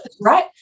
right